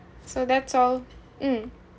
so that's all mm